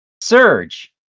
Surge